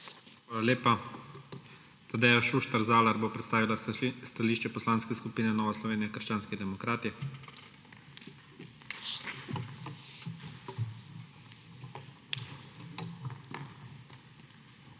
Hvala lepa. Tadeja Šuštar Zalar bo predstavila stališče Poslanske skupine Nova Slovenija - krščanski demokrati. **TADEJA